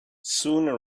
sooner